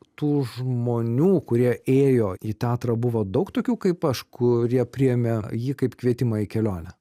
tų žmonių kurie ėjo į teatrą buvo daug tokių kaip aš kurie priėmė jį kaip kvietimą į kelionę